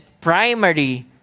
primary